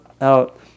out